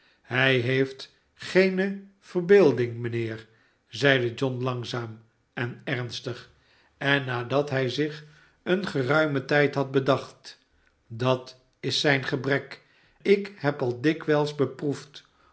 hij heeft geene verbeelding mijnheer zeide john langzaam en ernstig en nadat hij zich een geruimen tijd had bedacht dat is zijn gebrek ik heb al dikwijls beproefd